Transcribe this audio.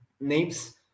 names